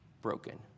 broken